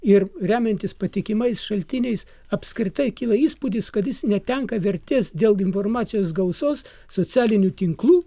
ir remiantis patikimais šaltiniais apskritai kyla įspūdis kad jis netenka vertės dėl informacijos gausos socialinių tinklų